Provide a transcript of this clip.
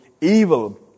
evil